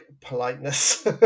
politeness